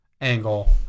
angle